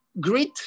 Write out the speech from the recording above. grit